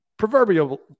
proverbial